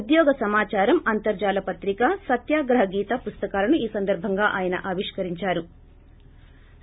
ఉద్యోగ సమాచారం అంతర్జాల పత్రిక సత్యాగ్రహ గీత పుస్తకాలను ఈ సందర్బంగా ఆయన ఆవిష్కరించారు